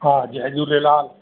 हा जय झूलेलाल